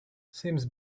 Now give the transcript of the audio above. sims